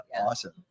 awesome